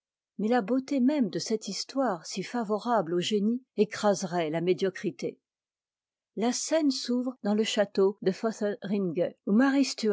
mais la beauté même de cette histoire si favorable au génie écraserait la médiocrité la scène s'ouvre dans le château de